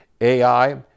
AI